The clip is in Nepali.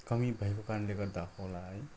कमी भएको कारणले गर्दा होला है